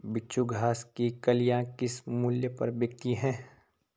बिच्छू घास की कलियां किस मूल्य पर बिकती हैं?